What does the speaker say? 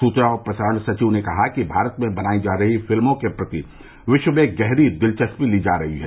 सूचना और प्रसारण सचिव ने कहा कि भारत में बनाई जा रही फिल्मों के प्रति विश्व भर में गहरी दिलचस्पी ली जा रही है